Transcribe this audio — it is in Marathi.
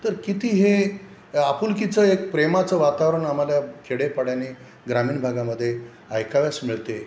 तर किती हे आपुलकीचं एक प्रेमाचं वातावरण आम्हाला खेडेपाड्यानी ग्रामीण भागामध्ये ऐकावयास मिळते